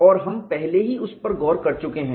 और हम पहले ही उस पर गौर कर चुके हैं